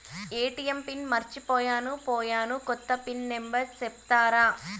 ATM pin మర్చిపోయాను పోయాను, కొత్త పిన్ నెంబర్ సెప్తారా?